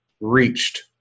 reached